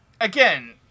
again